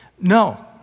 No